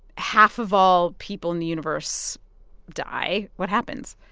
half of all people in the universe die. what happens?